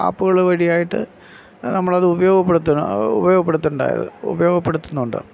ആപ്പ്കൾ വഴിയായിട്ട് നമ്മൾ അത് ഉപയോഗപ്പെടുത്തുകയാണ് ഉപയോഗപ്പെടുത്തണ്ടായത് ഉപയോഗപ്പെടുത്തുന്നുണ്ട്